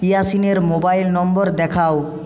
ইয়াসিনের mobile number দেখাও